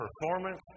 performance